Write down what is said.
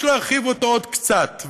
יש להרחיב עוד קצת,